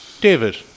David